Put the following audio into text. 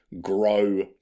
grow